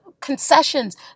concessions